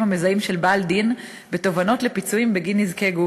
המזהים של בעל דין בתובענות לפיצויים בגין נזקי גוף,